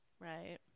right